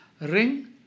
Ring